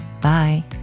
Bye